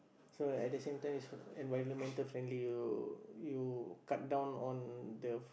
so at the same time it's environmental friendly you you cut down on the